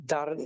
Dar